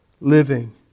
living